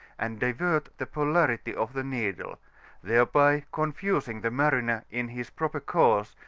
and divert the polarity of the needle thereby confusingthe mariner in his proper course,